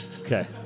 Okay